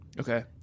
Okay